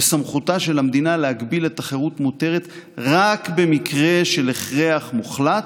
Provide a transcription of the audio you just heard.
וסמכותה של המדינה להגביל את החירות מותרת רק במקרה של הכרח מוחלט,